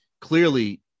clearly